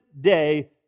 day